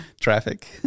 traffic